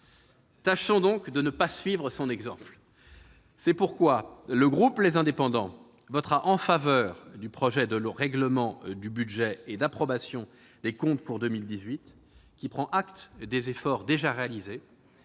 Tâchons donc de ne pas suivre son exemple ! C'est pourquoi le groupe Les Indépendants votera en faveur du projet de loi de règlement du budget et d'approbation des comptes pour 2018, qui prend acte des efforts déjà réalisés.